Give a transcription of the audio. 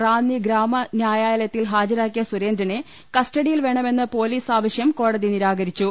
റാന്നി ഗ്രാമ ന്യായാലയത്തിൽ ഹാജരാക്കിയ സുരേന്ദ്രനെ കസ്റ്റ്ഡിയിൽ വേണമെന്ന് പൊലീസ് ആവശ്യം കോട തി നിരാകരിച്ചു